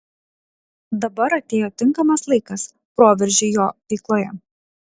dabar atėjo tinkamas laikas proveržiui jo veikloje